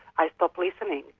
i stop listening.